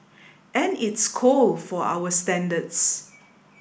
and it's cold for our standards